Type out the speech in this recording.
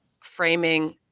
framing